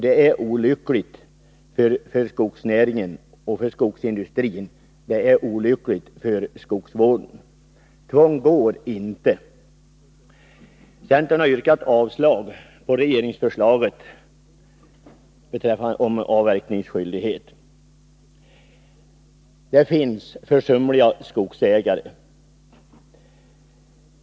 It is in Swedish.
Det är olyckligt för skogsnäringen och skogsindustrin, och det är olyckligt för skogsvården — tvång går inte. Centern har yrkat avslag på regeringsförslaget om avverkningsskyldighet. Det finns försumliga skogsägare.